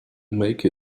make